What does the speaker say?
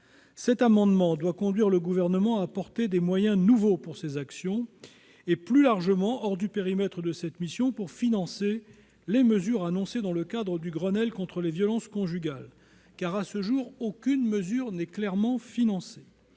Cet amendement a pour objet de conduire le Gouvernement à apporter des moyens nouveaux pour ces actions et, plus largement, hors du périmètre de cette mission, pour financer les mesures annoncées dans le cadre du Grenelle contre les violences conjugales. En effet, à ce jour, aucune mesure n'est clairement financée.